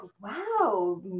wow